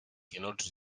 cannot